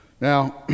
Now